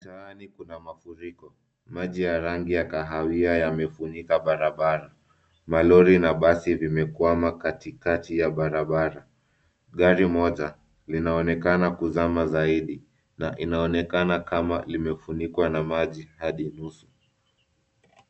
Mtaani kuna mafuriko, maji ya rangi ya kahawia yamefunika barabara. Malori na basi vimekwama katikati ya barabara. Gari moja linaonekana kuzama zaidi na inaonekana kama limefunikwa na maji hadi nusu.